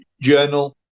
journal